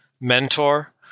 mentor